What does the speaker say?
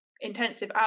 intensive